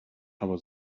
aber